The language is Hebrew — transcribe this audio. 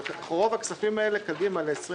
רוב הכספים האלה קדימה ל-20',